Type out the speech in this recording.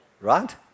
Right